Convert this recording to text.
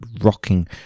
rocking